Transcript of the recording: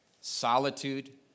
solitude